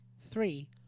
three